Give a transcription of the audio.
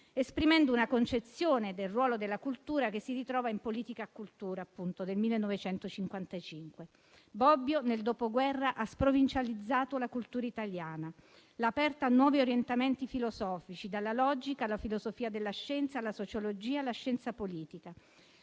esprimendo una concezione del ruolo della cultura che si ritrova in «Politica e Cultura», appunto, del 1955. Bobbio, nel Dopoguerra, ha sprovincializzato la cultura italiana. L'ha aperta a nuovi orientamenti filosofici, dalla logica alla filosofia della scienza, alla sociologia, alla scienza politica.